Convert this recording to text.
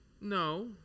No